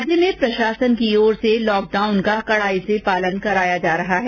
राज्य में प्रशासन की ओर से लॉकडाउन का कड़ाई से पालन करवाया जा रहा है